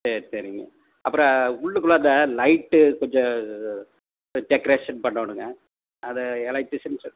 சரி சரிங்க அப்புறம் உள்ளுக்குள்ளாற இந்த லைட்டு கொஞ்சம் இந்த டெக்கரேஷன் பண்ணணுங்க அது எலெக்ட்ரிஷியன் செட்